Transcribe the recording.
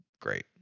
great